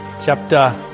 chapter